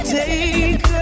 take